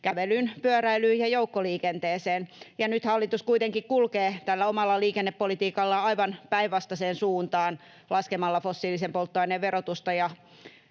kävelyyn, pyöräilyyn ja joukkoliikenteeseen. Nyt hallitus kuitenkin kulkee tällä omalla liikennepolitiikallaan aivan päinvastaiseen suuntaan laskemalla fossiilisen polttoaineen verotusta